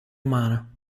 umana